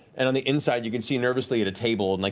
and on the inside, you can see, nervously at a table, and like